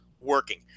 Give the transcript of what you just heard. working